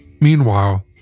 Meanwhile